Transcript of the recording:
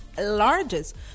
largest